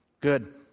Good